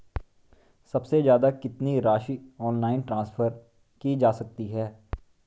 सबसे ज़्यादा कितनी राशि ऑनलाइन ट्रांसफर की जा सकती है?